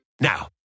Now